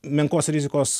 menkos rizikos